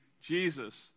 Jesus